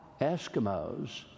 Eskimos